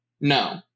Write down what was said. No